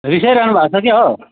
रिसाइरहनु भएको छ क्या हो